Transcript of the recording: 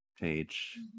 page